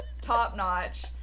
top-notch